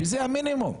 שזה המינימום.